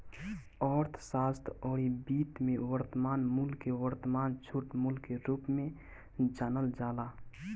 अर्थशास्त्र अउरी वित्त में वर्तमान मूल्य के वर्तमान छूट मूल्य के रूप में जानल जाला